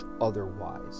otherwise